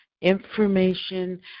information